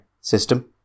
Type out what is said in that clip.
system